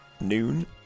noon